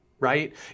right